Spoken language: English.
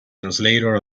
translator